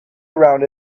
around